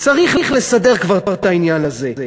צריך לסדר כבר את העניין הזה.